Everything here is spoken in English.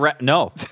No